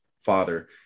father